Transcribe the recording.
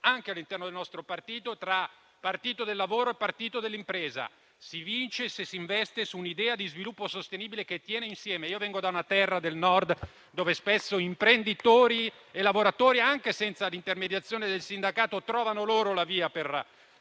anche all'interno del nostro partito, tra partito del lavoro e partito dell'impresa. Si vince se si investe su un'idea di sviluppo sostenibile che tiene insieme imprenditori e lavoratori. Io vengo da una terra del Nord, dove spesso imprenditori e lavoratori, anche senza l'intermediazione del sindacato, trovano loro stessi la via per